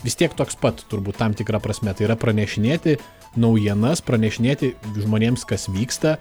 vis tiek toks pat turbūt tam tikra prasme tai yra pranešinėti naujienas pranešinėti žmonėms kas vyksta